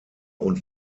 und